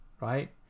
right